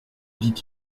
dit